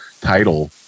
title